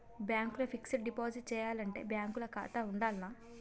Bank ల fixed deposit చేయాలంటే bank ల ఖాతా ఉండాల్నా?